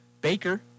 Baker